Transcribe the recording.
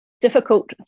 difficult